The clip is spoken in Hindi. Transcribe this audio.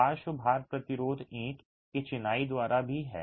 पार्श्व भार प्रतिरोध ईंट की चिनाई द्वारा भी है